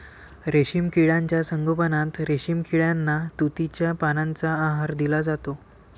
रेशीम किड्यांच्या संगोपनात रेशीम किड्यांना तुतीच्या पानांचा आहार दिला जातो